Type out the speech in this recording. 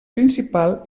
principal